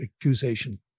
accusation